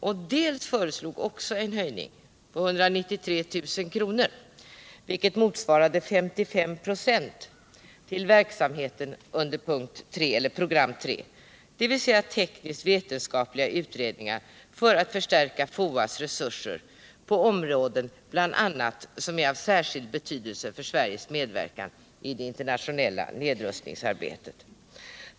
Dessutom föreslogs en höjning med 193 000 kr., vilket motsvarade 55 96, för verksamheten under program 3, dvs. tekniskt-vetenskapliga utredningar för att förstärka FOA:s resurser på bl.a. områden som är av särskild betydelse för Sveriges medverkan i det internationella nedrustningsarbetet.